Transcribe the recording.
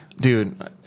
dude